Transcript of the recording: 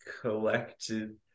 collected